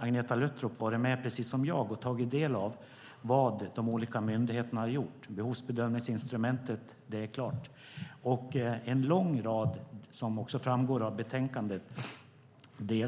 Agneta Luttropp har också, precis som jag, varit med och tagit del av vad de olika myndigheterna har gjort. Behovsbedömningsinstrumentet är klart. I betänkandet framgår också